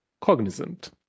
cognizant